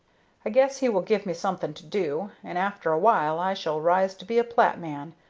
i guess he will give me something to do, and after a while i shall rise to be a plat-man,